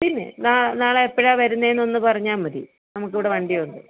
പിന്നെ നാളെ എപ്പോഴാണ് വരുന്നത് എന്ന് ഒന്നു പറഞ്ഞാൽ മതി നമുക്ക് ഇവിടെ വണ്ടി ഉണ്ട്